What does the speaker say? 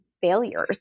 failures